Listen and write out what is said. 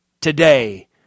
Today